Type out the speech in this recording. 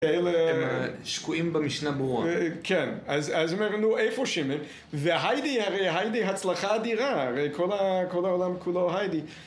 הם שקועים במשנה ברורה. כן, אז אמרנו, איפה שם הם. והיידי הרי, היידי, הצלחה אדירה, הרי כל העולם כולו היידי.